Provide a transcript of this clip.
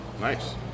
Nice